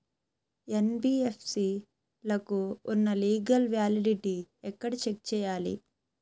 NBFC లకు ఉన్నా legal validity ఎక్కడ చెక్ చేయాలి?